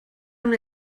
una